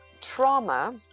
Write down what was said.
trauma